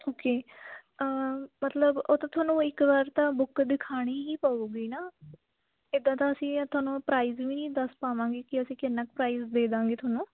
okay ਮਤਲਬ ਉਹ ਤਾਂ ਤੁਹਾਨੂੰ ਇੱਕ ਵਾਰ ਤਾਂ ਬੁੱਕ ਦਿਖਾਣੀ ਹੀ ਪਉਗੀ ਨਾ ਇੱਦਾਂ ਤਾਂ ਅਸੀਂ ਤੁਹਾਨੂੰ ਪ੍ਰਾਈਜ ਵੀ ਨਹੀਂ ਦੱਸ ਪਾਵਾਂਗੇ ਕਿ ਅਸੀਂ ਕਿੰਨਾ ਕੁ ਪ੍ਰਾਈਜ ਦੇ ਦਿਆਂਗੇ ਤੁਹਾਨੂੰ